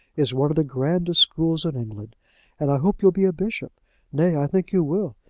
is one of the grandest schools in england and i hope you'll be a bishop nay i think you will,